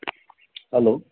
hello